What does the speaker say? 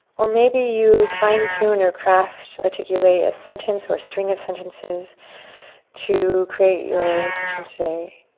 or maybe you fine tune your crafts, articulate a sentence or string of sentences to create your intention today.